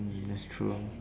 mm that's true lor